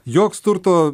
joks turto